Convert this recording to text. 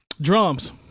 drums